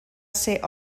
ser